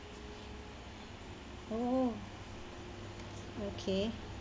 oh okay